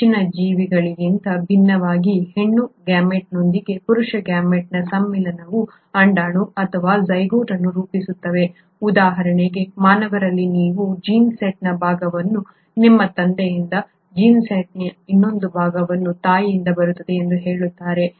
ಹೆಚ್ಚಿನ ಜೀವಿಗಳಿಗಿಂತ ಭಿನ್ನವಾಗಿ ಹೆಣ್ಣು ಗ್ಯಾಮೆಟ್ನೊಂದಿಗೆ ಪುರುಷ ಗ್ಯಾಮೆಟ್ನ ಸಮ್ಮಿಳನವು ಅಂಡಾಣು ಅಥವಾ ಝೈಗೋಟ್ ಅನ್ನು ರೂಪಿಸುತ್ತದೆ ಉದಾಹರಣೆಗೆ ಮಾನವರಲ್ಲಿ ನೀವು ಜೀನ್ ಸೆಟ್ನ ಭಾಗವನ್ನು ನಿಮ್ಮ ತಂದೆಯಿಂದ ಮತ್ತು ಜೀನ್ ಸೆಟ್ನ ಒಂದು ಭಾಗವು ತಾಯಿಯಿಂದ ಬರುತ್ತದೆ ಎಂದು ಹೇಳುತ್ತದೆ